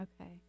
Okay